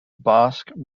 basque